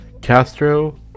Castro